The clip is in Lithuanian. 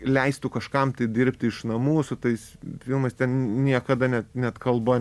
leistų kažkam dirbti iš namų su tais filmais ten niekada net net kalba